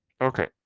okay